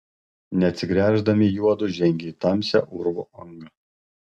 neatsigręždami juodu žengė į tamsią urvo angą